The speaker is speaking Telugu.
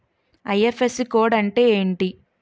ఐ.ఫ్.ఎస్.సి కోడ్ అంటే ఏంటి?